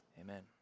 amen